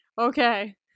Okay